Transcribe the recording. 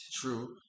True